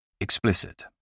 Explicit